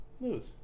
lose